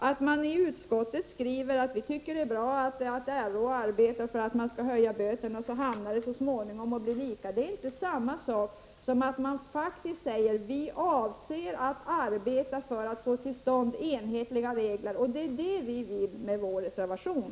Att i utskottet skriva att det är bra att RÅ arbetar för att man skall höja böterna och att förhållandena så småningom skall bli lika är inte samma sak som att faktiskt uttala: Vi avser att arbeta för att få till stånd enhetliga regler. Och det är det vi vill med vår reservation.